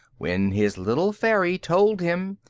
when his little fairy told him,